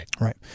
Right